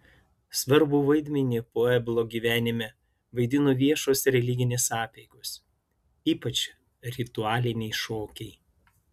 svarbų vaidmenį pueblo gyvenime vaidino viešos religinės apeigos ypač ritualiniai šokiai